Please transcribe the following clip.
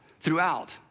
throughout